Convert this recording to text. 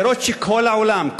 בחירות שכל העולם,